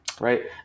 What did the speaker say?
Right